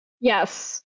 Yes